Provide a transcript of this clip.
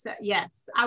yes